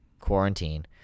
quarantine